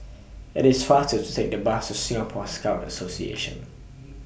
IT IS faster to Take The Bus to Singapore Scout Association